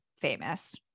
famous